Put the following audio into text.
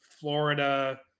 Florida